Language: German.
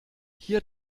hier